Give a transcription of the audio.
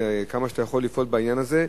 כמה שאתה יכול לפעול בעניין הזה,